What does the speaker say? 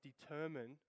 determine